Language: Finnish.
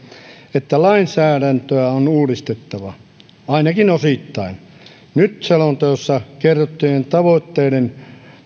että lainsäädäntöä on uudistettava ainakin osittain nyt selonteossa kerrottujen tavoitteiden